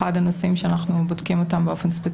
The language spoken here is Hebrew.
אחד הנושאים שאנחנו בודקים אותם באופן ספציפי.